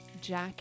Jack